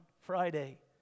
Friday